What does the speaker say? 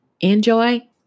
enjoy